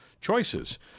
choices